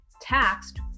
taxed